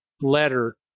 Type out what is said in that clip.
letter